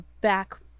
back